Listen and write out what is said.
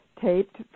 taped